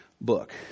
book